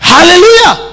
Hallelujah